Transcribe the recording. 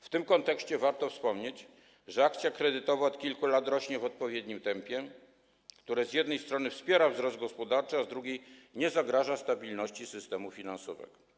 W tym kontekście warto wspomnieć, że akcja kredytowa od kilku lat rośnie w odpowiednim tempie, które z jednej strony wspiera wzrost gospodarczy, a z drugiej strony nie zagraża stabilności systemu finansowego.